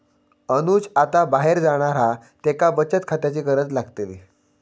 अनुज आता बाहेर जाणार हा त्येका बचत खात्याची गरज लागतली